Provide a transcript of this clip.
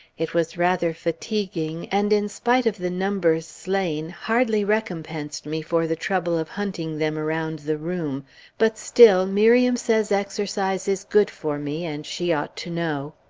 it was rather fatiguing, and in spite of the numbers slain, hardly recompensed me for the trouble of hunting them around the room but still, miriam says exercise is good for me, and she ought to know.